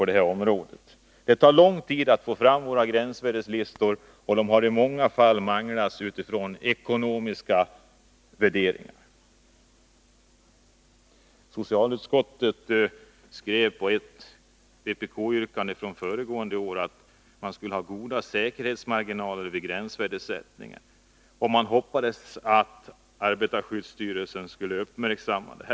Det tar lång tid att få fram gränsvärdelistor, och de har i många fall manglats utifrån ekonomiska värderingar. Socialutskottet skrev med anledning av ett vpk-yrkande från föregående år att man skulle ha goda säkerhetsmarginaler vid gränsvärdesättningen, och utskottet hoppades att arbetarskyddsstyrelsen skulle uppmärksamma detta.